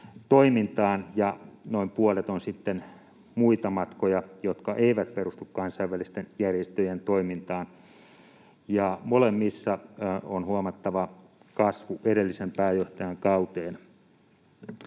noin puolet on sitten muita matkoja, jotka eivät perustu kansainvälisten järjestöjen toimintaan, ja molemmissa on huomattava kasvu edellisen pääjohtajan kauteen